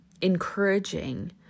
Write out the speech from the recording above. encouraging